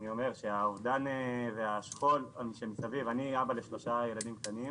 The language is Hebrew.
אני אבא לשלושה ילדים קטנים,